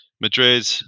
Madrid